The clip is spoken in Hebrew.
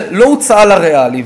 שלא הוצעה ל"ריאלי",